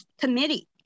committee